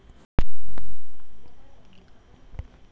गाय का घी कौनसी बीमारी में काम में लिया जाता है?